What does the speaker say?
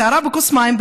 סערה בכוס מים,